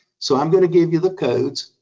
so i'm gonna give you the codes,